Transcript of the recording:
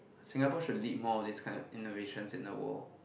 Singapore should lead more of this kind innovations in the world